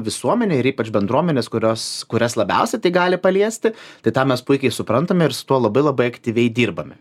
visuomenė ir ypač bendruomenės kurios kurias labiausiai tai gali paliesti tai tą mes puikiai suprantame ir su tuo labai labai aktyviai dirbame